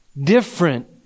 different